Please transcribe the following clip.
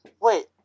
Wait